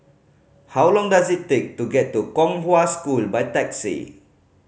how long does it take to get to Kong Hwa School by taxi